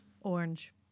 Orange